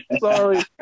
sorry